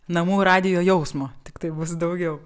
namų radijo jausmo tiktai bus daugiau